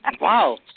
Wow